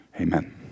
amen